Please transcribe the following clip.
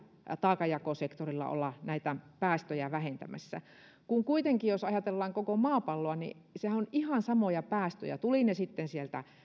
taakanjakosektorilla olla näitä päästöjä vähentämässä kuitenkin jos ajatellaan koko maapalloa niin nehän ovat ihan samoja päästöjä tulivat ne sitten sieltä